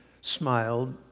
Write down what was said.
smiled